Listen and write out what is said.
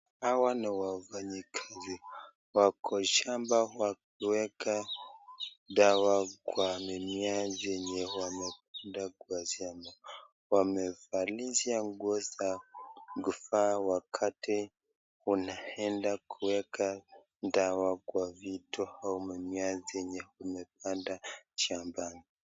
Hawa ni wafanyikazi wako shamba wakiweka dawa kwa mimiea zenye wamepanda kwa shamba, wamevalisha nguo za kufaa wakati unaenda kuweka vitu zenye umepanda shambani.